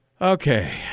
Okay